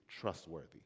trustworthy